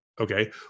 Okay